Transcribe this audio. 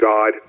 God